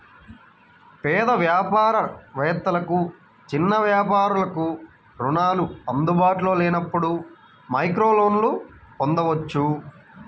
పేద వ్యాపార వేత్తలకు, చిన్న వ్యాపారాలకు రుణాలు అందుబాటులో లేనప్పుడు మైక్రోలోన్లను పొందొచ్చు